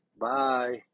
bye